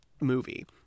movie